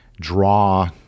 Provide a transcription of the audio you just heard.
draw